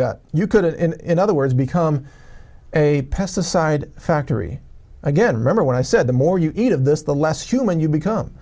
own you could in other words become a pesticide factory again remember when i said the more you eat of this the less human you become